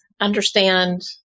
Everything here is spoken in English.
understand